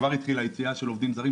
כבר התחילה יציאה של עובדים זרים,